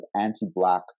anti-Black